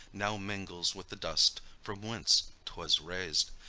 now mingles with the dust from whence twas raised.